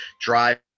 drive